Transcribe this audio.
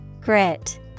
Grit